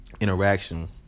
interaction